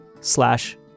slash